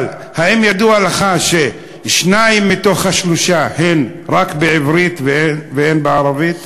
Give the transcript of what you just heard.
אבל האם ידוע לך ששניים מתוך השלושה הם רק בעברית ואין בערבית?